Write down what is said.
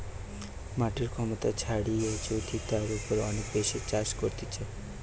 মাটির ক্ষমতা ছাড়িয়ে যদি তার উপর অনেক বেশি চাষ করতিছে